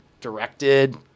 Directed